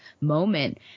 moment